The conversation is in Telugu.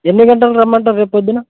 ఎన్ని గంటలుకి రమ్మంటారు రేపొద్దున్న